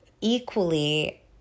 equally